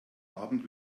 abend